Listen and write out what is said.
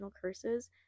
curses